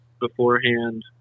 beforehand